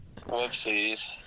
Whoopsies